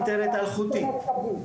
אינטרנט אלחוטי.